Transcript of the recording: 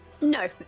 No